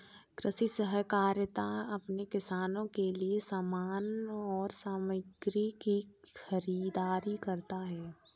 कृषि सहकारिता अपने किसानों के लिए समान और सामग्री की खरीदारी करता है